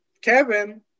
Kevin